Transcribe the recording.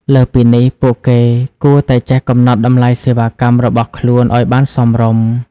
លើសពីនេះ ពួកគេគួរតែចេះកំណត់តម្លៃសេវាកម្មរបស់ខ្លួនឱ្យបានសមរម្យ។